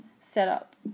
setup